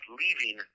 leaving